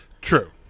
True